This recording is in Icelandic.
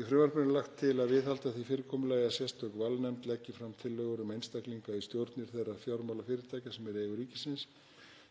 Í frumvarpinu er lagt til að viðhalda því fyrirkomulagi að sérstök valnefnd leggi fram tillögur um einstaklinga í stjórnir þeirra fjármálafyrirtækja sem eru í eigu ríkisins.